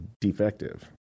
defective